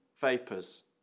vapors